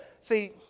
see